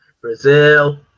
Brazil